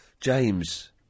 James